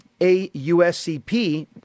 AUSCP